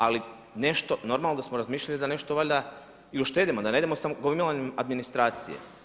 Ali, nešto normalno da smo razmišljali da nešto valjda i uštedimo, da ne idemo … administracije.